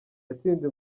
gatsinzi